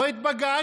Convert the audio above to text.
לא את בג"ץ,